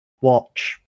watch